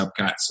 subcats